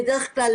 בדרך כלל